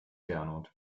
gernot